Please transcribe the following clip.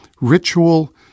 ritual